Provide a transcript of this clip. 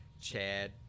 Chad